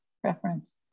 preference